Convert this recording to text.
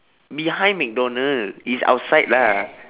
behind McDonald it's outside lah